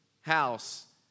house